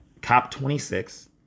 COP26